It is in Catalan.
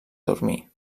dormir